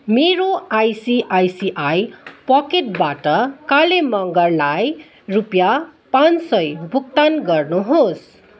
मेरो आइसिआइसिआई पकेटबाट काले मगरलाई रुपियाँ पाँच सय भुक्तान गर्नुहोस्